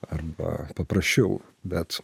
arba paprasčiau bet